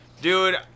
dude